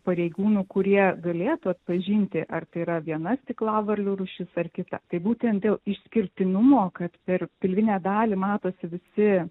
pareigūnų kurie galėtų atpažinti ar tai yra viena stiklavarlių rūšis ar kita tai būtent dėl išskirtinumo kad per pilvinę dalį matosi visi